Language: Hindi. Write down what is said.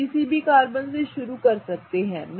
आप किसी भी कार्बन से शुरू कर सकते हैं